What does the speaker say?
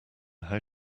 how